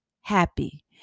happy